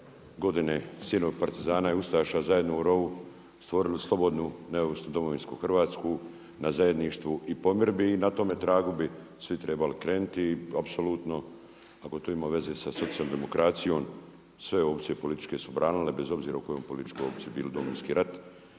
godine sinovi partizana i ustaša zajedno u rovu stvorili slobodnu neovisnu domovinsku Hrvatsku na zajedništvu i pomirbi. I na tome tragu bi svi trebali krenuti. Apsolutno ako to ima veze sa socijaldemokracijom sve opcije političke su branile bez obzira u kojoj političkoj opciji bili, Domovinski rat,